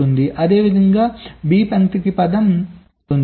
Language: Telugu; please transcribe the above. అదేవిధంగా B పంక్తికి పదం 1 1 0 0 అవుతుంది